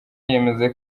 yemeza